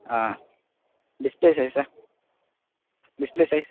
ah display size sir display size